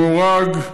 מורג,